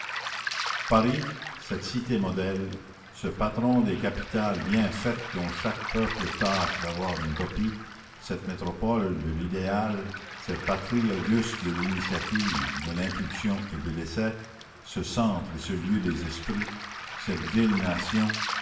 paris cette cité modèle ce patron des capitales bien faites dont chaque peuple tâche d'avoir une copie cette métropole de l'idéal cette patrie auguste de l'initiative de l'impulsion et de l'essai ce centre et ce lieu des esprits cette ville nation